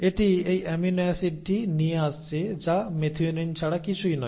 এটি এই অ্যামিনো অ্যাসিডটি নিয়ে আসছে যা মেথিওনিন ছাড়া কিছুই নয়